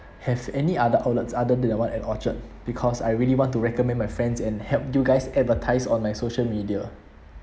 have any other outlets other than the one at orchard because I really want to recommend my friends and help you guys advertise on my social media